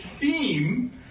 theme